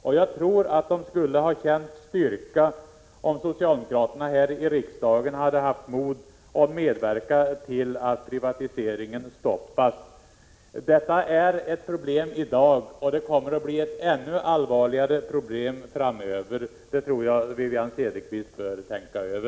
De skulle säkert ha känt styrka om socialdemokraterna här i riksdagen hade haft mod att medverka till att stoppa privatiseringen. Detta är ett problem i dag, och det kommer att bli ett ännu allvarligare problem framöver — det bör Wivi-Anne Cederqvist tänka på.